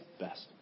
best